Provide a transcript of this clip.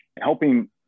helping